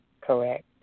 Correct